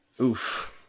Oof